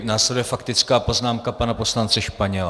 Následuje faktická poznámka pana poslance Španěla.